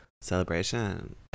celebration